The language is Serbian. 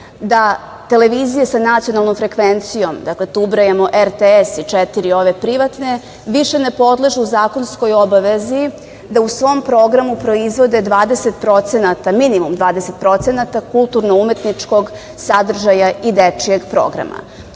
da televizije sa nacionalnom frekvencijom, dakle, tu ubrajamo RTS i četiri ove privatne, više ne podležu zakonskoj obavezi da u svom programu proizvode minimum 20% kulturno-umetničkog sadržaja i dečijeg programa. Građani